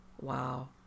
Wow